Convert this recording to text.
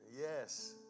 Yes